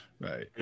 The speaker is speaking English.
Right